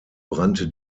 brannte